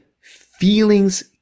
feelings